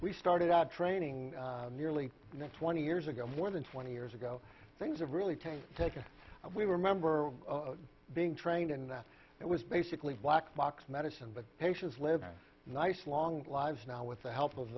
we started out training nearly twenty years ago more than twenty years ago things have really taken taken we remember being trained in that it was basically black box medicine but patients live in nice long lives now with the help of